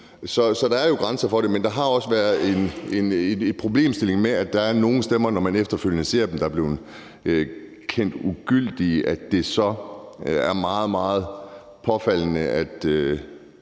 Så der er jo grænser for det. Men der har også været en problemstilling med, at når man efterfølgende ser på nogle stemmer, der er blevet kendt ugyldige, er det meget, meget påfaldende.